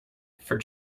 for